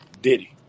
Diddy